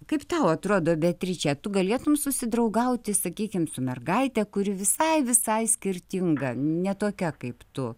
kaip tau atrodo beatriče tu galėtum susidraugauti sakykim su mergaite kuri visai visai skirtinga ne tokia kaip tu